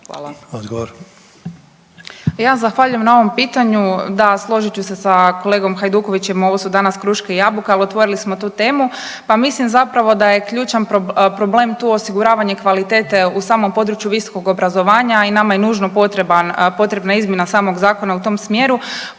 Sanja (SDP)** Ja zahvaljujem na ovom pitanju. Da, složit ću se sa kolegom Hajdukovićem, ovo su danas kruške i jabuke, al otvorili smo tu temu. Pa mislim zapravo da je ključan problem tu osiguravanje kvalitete u samom području visokog obrazovanja i nama je nužno potrebna izmjena samog zakona u tom smjeru.